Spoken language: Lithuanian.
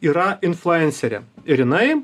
yra influencerė ir jinai